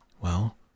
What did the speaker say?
Well